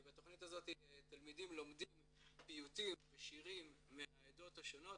בתוכנית הזאת תלמידים לומדים פיוטים ושירים מהעדות השונות.